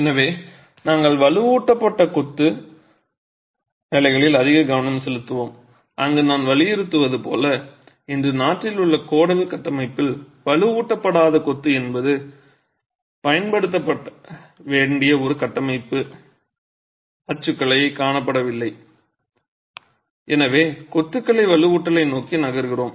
எனவே நாங்கள் வலுவூட்டப்பட்ட கொத்து வேலைகளில் அதிக கவனம் செலுத்துவோம் அங்கு நான் வலியுறுத்துவது போல் இன்று நாட்டில் உள்ள கோடல் கட்டமைப்பில் வலுவூட்டப்படாத கொத்து என்பது பயன்படுத்தப்பட வேண்டிய ஒரு கட்டமைப்பு அச்சுக்கலையாகக் காணப்படவில்லை எனவே கொத்து வலுவூட்டலை நோக்கி நகர்கிறோம்